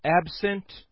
absent